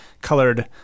colored